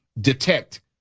detect